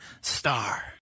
star